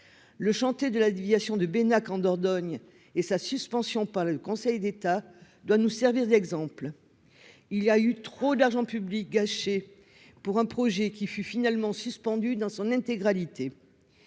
Le chantier de la déviation de Beynac, en Dordogne, et sa suspension par le Conseil d'État doivent nous servir d'exemple. Trop d'argent public a été gâché pour un projet qui a finalement été suspendu dans son intégralité